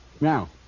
Now